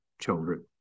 children